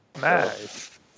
Nice